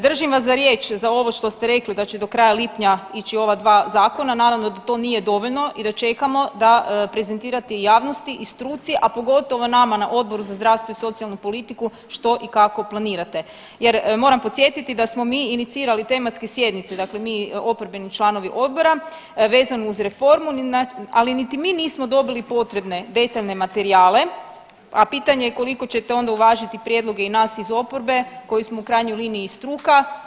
Držim vas za riječ za ovo što ste rekli da će do kraja lipnja ići ova dva zakona, naravno da to nije dovoljno i da čekamo da prezentirate javnosti i struci, a pogotovo nama na Odboru za zdravstvo i socijalnu politiku što i kako planirate jer moram podsjetiti da smo mi inicirali tematske sjednice, dakle mi oporbeni članovi odbora vezano uz reformu, ali niti mi nismo dobili potrebne detaljne materijale, a pitanje je koliko ćete onda uvažiti prijedloge i nas iz oporbe koji smo u krajnjoj liniji struka.